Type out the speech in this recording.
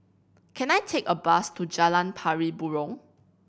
can I take a bus to Jalan Pari Burong